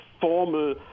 formal